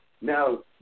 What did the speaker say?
Now